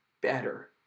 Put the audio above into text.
better